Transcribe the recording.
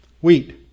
wheat